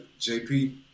JP